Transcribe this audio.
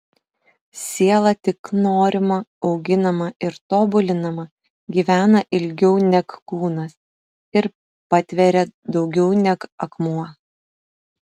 siela tik norima auginama ir tobulinama gyvena ilgiau neg kūnas ir patveria daugiau neg akmuo